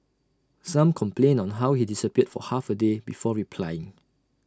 some complained on how he disappeared for half A day before replying